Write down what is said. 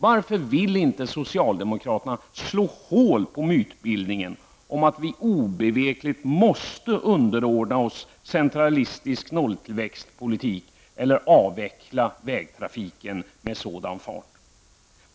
Vaför vill inte socialdemokraterna slå hål på mytbildningen om att vi obevekligt måste underordna oss centralistisk nolltillväxtpolitik eller avveckla vägtrafiken med sådan fart?